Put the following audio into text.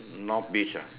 north beach ah